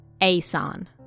A-san